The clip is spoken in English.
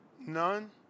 None